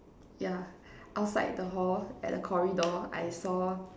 yeah outside the hall at a corridor I saw